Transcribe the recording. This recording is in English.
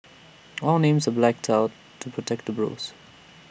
all names are blacked out to protect the bros